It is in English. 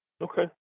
Okay